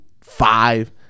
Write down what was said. five